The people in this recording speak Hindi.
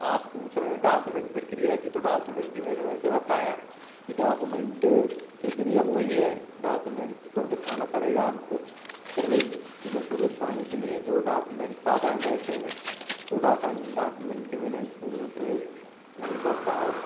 आप पूछ रहे हैं डाकुमेंट प्रक्रिया की तो डाकुमेंट की मैंने बताया कि डाकुमेंट प्रक्रिया वही है डाकुमेंट तो दिखाना पड़ेगा आपको प्रवेश इस्कूलों में प्रवेश पाने के लिए जो डाकुमेंट साधारण रहेते हैं वह डाकुमेंट के बिना इस्कूल में प्रवेश नहीं पड़ता और